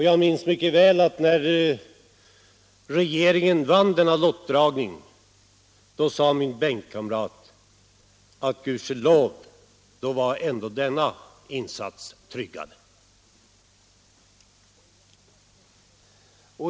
Jag minns mycket väl att när den dåvarande regeringen vann lottdragningen sade min bänkkamrat: Gudskelov, nu är ändå denna insats tryggad!